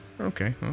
Okay